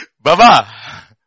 Baba